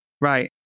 right